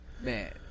man